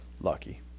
Lucky